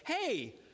hey